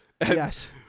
Yes